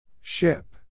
Ship